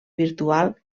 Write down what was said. virtual